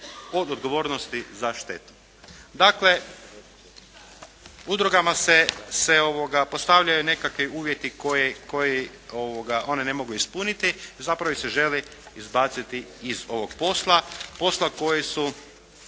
od odgovornosti za štetu.". Dakle, udrugama se postavljaju nekakvi uvjeti koje one ne mogu ispuniti, zapravo ih se želi izbaciti iz ovog posla, posla koji su